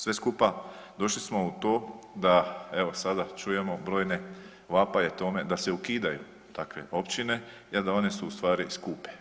Sve skupa došli smo u tom da evo sada čujemo brojne vapaje tome da se ukidaju takve općine jel da su one ustvari skupe.